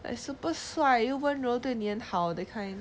I